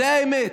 זו האמת.